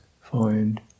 find